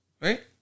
right